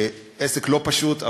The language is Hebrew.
עסק לא פשוט,